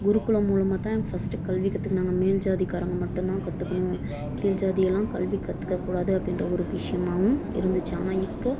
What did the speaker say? குருகுலம் மூலமாக தான் ஃபர்ஸ்ட்டு கல்வி கற்றுக்குனாங்க மேல் ஜாதிக்காரங்க மட்டும்தான் கற்றுக்கணும் கீழ் ஜாதி எல்லாம் கல்வி கற்றுக்கக்கூடாது அப்படின்ற ஒரு விஷியமாகவும் இருந்துச்சு ஆனால் இப்போ